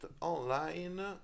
online